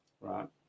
right